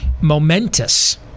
momentous